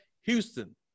Houston